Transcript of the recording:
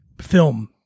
film